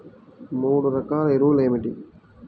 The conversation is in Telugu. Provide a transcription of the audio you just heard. మూడు రకాల ఎరువులు ఏమిటి?